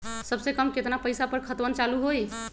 सबसे कम केतना पईसा पर खतवन चालु होई?